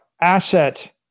asset